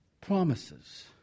promises